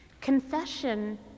Confession